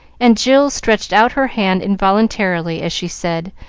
and jill stretched out her hand involuntarily, as she said,